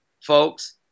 Folks